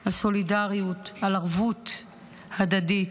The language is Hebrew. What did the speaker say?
על סולידריות, על ערבות הדדית,